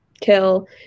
kill